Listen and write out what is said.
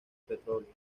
petróleo